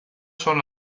son